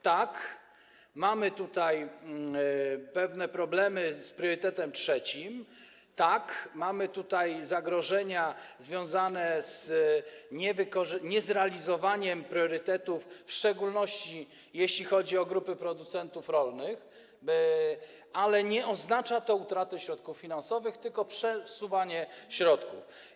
Tak, mamy tutaj pewne problemy z priorytetem trzecim, tak, mamy tutaj zagrożenia związane z niezrealizowaniem priorytetów, w szczególności jeśli chodzi o grupy producentów rolnych, ale nie oznacza to utraty środków finansowych, tylko przesuwanie środków.